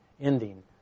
ending